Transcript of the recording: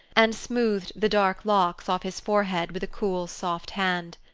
and smoothed the dark locks off his forehead with a cool, soft hand.